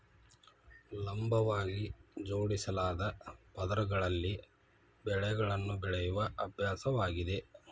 ಲಂಬವಾಗಿ ಜೋಡಿಸಲಾದ ಪದರಗಳಲ್ಲಿ ಬೆಳೆಗಳನ್ನು ಬೆಳೆಯುವ ಅಭ್ಯಾಸವಾಗಿದೆ